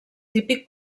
típic